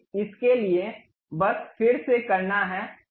हमें इसके लिए बस फिर से करना है